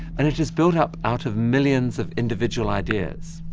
and it is built up out of millions of individual ideas.